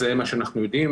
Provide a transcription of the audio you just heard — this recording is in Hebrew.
זה מה שאנחנו יודעים,